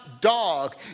dog